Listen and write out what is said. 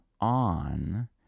on